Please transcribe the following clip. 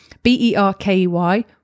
B-E-R-K-E-Y